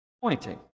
pointing